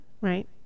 right